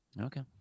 Okay